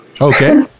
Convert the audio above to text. Okay